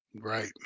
Right